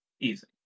Easy